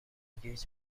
گیج